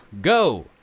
Go